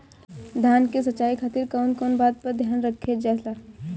धान के सिंचाई खातिर कवन कवन बात पर ध्यान रखल जा ला?